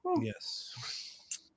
Yes